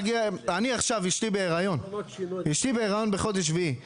אשתי בהיריון בחודש שביעי,